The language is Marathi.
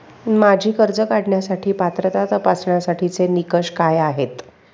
माझी कर्ज काढण्यासाठी पात्रता तपासण्यासाठीचे निकष काय आहेत?